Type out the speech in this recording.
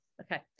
Okay